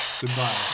Goodbye